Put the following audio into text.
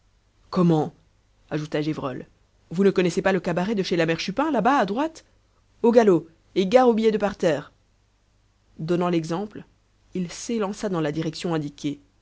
comment ajouta gévrol vous ne connaissez pas le cabaret de chez la mère chupin là-bas à droite au galop et gare aux billets de parterre donnant l'exemple il s'élança dans la direction indiquée